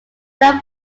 known